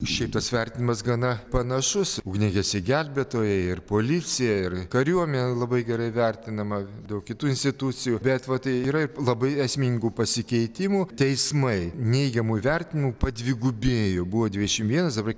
šiaip tas vertinimas gana panašus ugniagesiai gelbėtojai ir policija ir kariuomenė labai gerai vertinama daug kitų institucijų bet vat yra ir labai esmingų pasikeitimų teismai neigiamų įvertinimų padvigubėjo buvo dvidešim vienas dabar